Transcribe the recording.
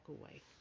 away